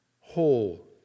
whole